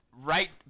right